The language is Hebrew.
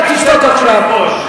שנפרוש,